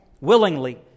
Willingly